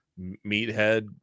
meathead